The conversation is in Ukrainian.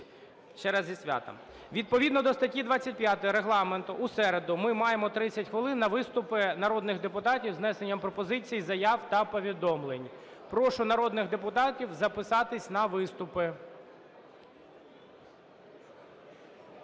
Ще раз зі святом! Відповідно до статті 25 Регламенту у середу ми маємо 30 хвилин на виступи народних депутатів з внесенням пропозицій, заяв та повідомлень. Прошу народних депутатів записатись на виступи.